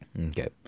Okay